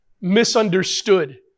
misunderstood